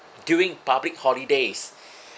during public holidays